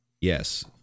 Yes